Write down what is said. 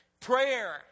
Prayer